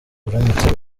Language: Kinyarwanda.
uramutse